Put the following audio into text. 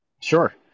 Sure